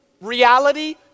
reality